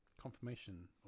confirmation